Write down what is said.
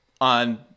on—